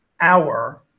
hour